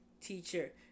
teacher